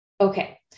Okay